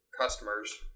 customers